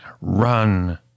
run